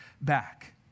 Back